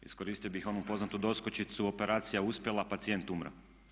Iskoristio bih onu poznatu doskočicu operacija uspjela, pacijent umro.